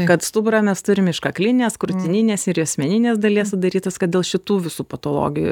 kad stuburą mes turim iš kaklinės krūtininės ir juosmeninės dalies sudarytas kad dėl šitų visų patologijų